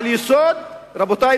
על יסוד" רבותי,